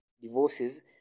Divorces